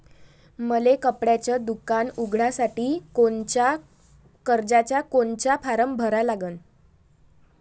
मले कपड्याच दुकान उघडासाठी कर्जाचा कोनचा फारम भरा लागन?